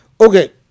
Okay